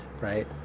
right